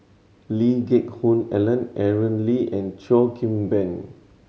Lee Geck Hoon Ellen Aaron Lee and Cheo Kim Ban